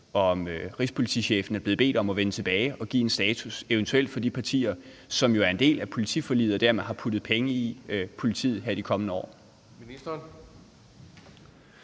og om rigspolitichefen er blevet bedt om at vende tilbage og give en status, eventuelt for de partier, som jo er en del af politiforliget og dermed har puttet penge i politiet her i de kommende år.